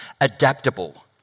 adaptable